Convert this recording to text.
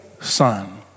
son